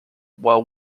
while